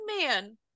man